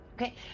Okay